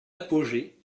apogée